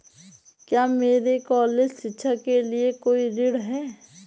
क्या मेरे कॉलेज शिक्षा के लिए कोई ऋण है?